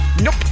Nope